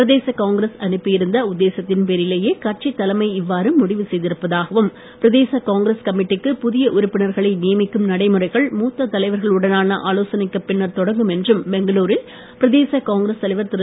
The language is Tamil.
பிரதேச காங்கிரஸ் அனுப்பி இருந்த உத்தேசத்தின் பேரிலேயே கட்சித் தலைமை இவ்வாறு முடிவு செய்திருப்பதாகவும் பிரதேச காங்கிரஸ் கமிட்டிக்கு உறுப்பினர்களை நியமிக்கும் நடைமுறைகள் புதிய மூத்த தலைவர்களுடனான ஆலோசனைக்கு பின்னர் தொடங்கும் என்றும் பெங்களுரில் பிரதேச காங்கிரஸ் தலைவர் திரு